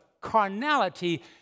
carnality